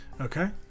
Okay